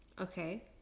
Okay